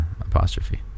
apostrophe